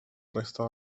resta